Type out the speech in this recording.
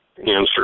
answer